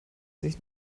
sich